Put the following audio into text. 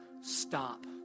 stop